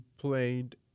played